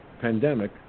pandemic